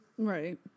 Right